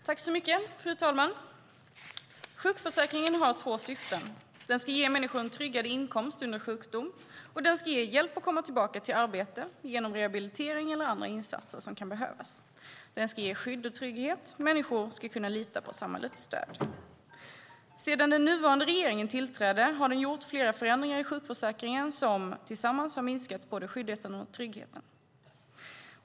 Fru talman! Sjukförsäkringen har två syften. Den ska ge människor en tryggad inkomst under sjukdom, och den ska ge hjälp att komma tillbaka till arbete genom rehabilitering eller andra insatser som kan behövas. Den ska ge skydd och trygghet. Människor ska kunna lita på samhällets stöd. Sedan den nuvarande regeringen tillträdde har det gjorts flera förändringar i sjukförsäkringen som tillsammans har minskat både skyddet och tryggheten.